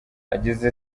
yagize